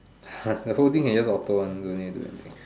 uh the whole thing is just auto one don't need to do anything